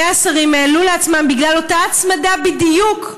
השרים העלו לעצמם בגלל אותה הצמדה בדיוק.